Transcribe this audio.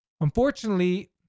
Unfortunately